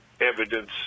evidence